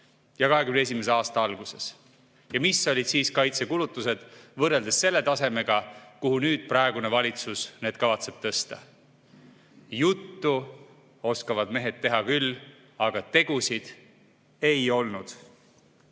ja 2021. aasta alguses ja mis olid siis kaitsekulutused võrreldes selle tasemega, kuhu praegune valitsus need kavatseb nüüd tõsta? Juttu oskavad mehed teha küll, aga tegusid ei olnud.